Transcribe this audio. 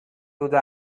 through